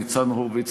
ניצן הורוביץ,